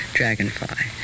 Dragonfly